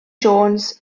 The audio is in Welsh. jones